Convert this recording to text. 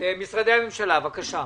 משרדי הממשלה, בבקשה.